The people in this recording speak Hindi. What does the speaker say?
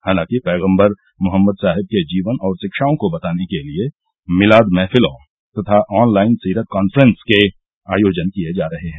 हालांकि पैगम्बर मोहम्मद साहेब के जीवन और शिक्षाओं को बताने के लिए मीलाद महफिलों तथा ऑनलाइन सीरत काफ्रेंस के आयोजन किए जा रहे हैं